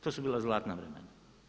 To su bila zlatna vremena.